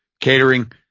catering